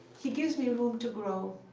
he gives me room to grow.